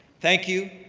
thank you,